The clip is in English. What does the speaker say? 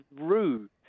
rude